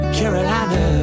Carolina